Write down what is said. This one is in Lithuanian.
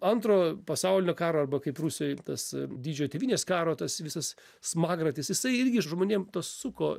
antro pasaulinio karo arba kaip rusijoj tas didžiojo tėvynės karo tas visas smagratis jisai irgi žmonėm suko